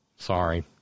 Sorry